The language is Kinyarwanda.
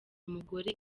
umugore